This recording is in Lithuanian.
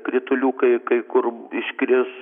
krituliukai kai kur iškris